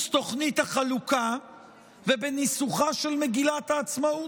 תוכנית החלוקה ובניסוחה של מגילת העצמאות,